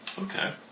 okay